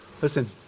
Listen